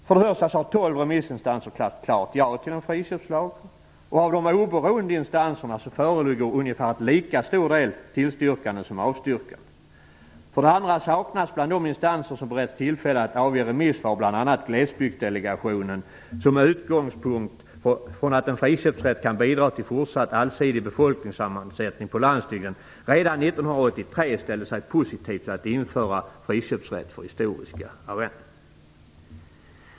För det första har tolv remissinstanser klart sagt ja till en friköpslag. Från de oberoende instanserna föreligger ungefär lika många tillstyrkanden som avstyrkanden. För det andra saknas bland de instanser som beretts tillfälle att avge remisser bl.a. Glesbygdsdelegationen, som med utgångspunkt i att en friköpsrätt kan bidra till en fortsatt allsidig befolkningssammansättning på landsbygden, redan 1983 ställde sig positiv till införande av friköpsrätt för historiska arrenden.